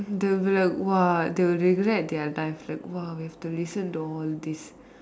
they will be like !wah! they'll regret their life like !wah! we have to listen to all this